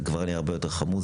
היום זה כבר הרבה יותר חמור,